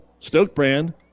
Stokebrand